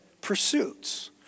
pursuits